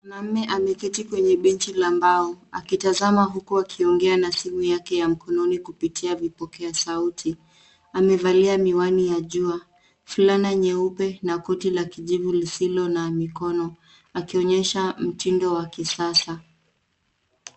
Mwanamme ameketi kwenye benchi la mbao akitazama huku akiongea na simu yake ya mkononi kupitia vipokea sauti. Amevalia miwani ya jua, fulana nyeupe na koti la kijivu lisilo na mikono Akionyesha mtindo wa kisasa.